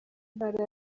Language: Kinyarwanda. ntara